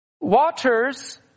Waters